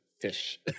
fish